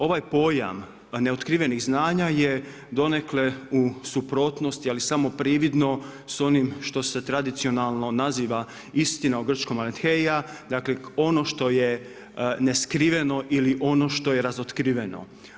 Ovaj pojam neotkrivenih znanja je donekle u suprotnosti ali samo prividno s onim što se tradicionalno naziva istina u, … dakle ono što je neskriveno ili ono što je razotkriveno.